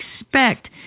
expect